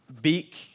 beak